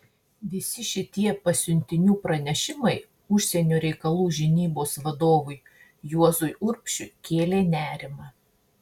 visi šitie pasiuntinių pranešimai užsienio reikalų žinybos vadovui juozui urbšiui kėlė nerimą